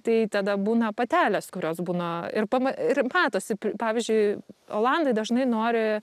tai tada būna patelės kurios būna ir pama ir matosip pavyzdžiui olandai dažnai nori